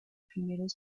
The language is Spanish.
primeros